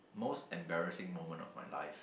most embarrassing moment of my life